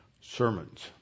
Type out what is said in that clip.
sermons